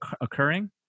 occurring